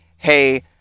Hey